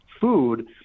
food